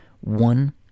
one